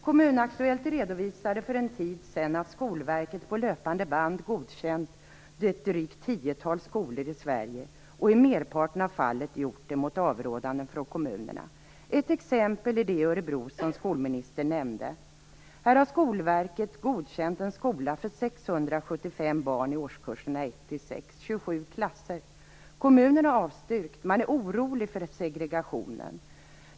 Kommun Aktuellt redovisade för en tid sedan att Skolverket på löpande band godkänt ett drygt tiotal skolor i Sverige och i merparten av fallen gjort det mot kommunernas avrådan. Ett exempel är skolan i Örebro, som skolministern nämnde. Här har Skolverket godkänt en skola för 675 barn i årskurserna 1-6, 27 klasser. Kommunen har avstyrkt. Man är orolig för segregationen.